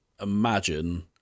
imagine